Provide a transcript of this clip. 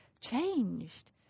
changed